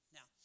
Now